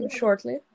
shortly